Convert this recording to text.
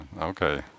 okay